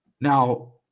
now